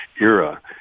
era